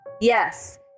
yes